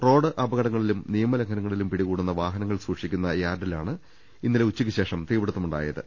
റോഡപകടങ്ങളിലും നിയമലംഘനങ്ങളിലും പിടികൂടുന്ന വാഹനങ്ങൾ സൂക്ഷിക്കുന്ന യാർഡിലാണ് ഇന്നലെ ഉച്ചക്ക് ശേഷം തീപിടുത്തം ഉണ്ടായത്